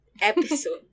episode